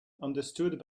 understood